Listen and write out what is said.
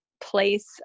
place